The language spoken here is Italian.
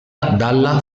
dalla